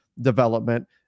development